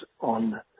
on